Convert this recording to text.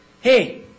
hey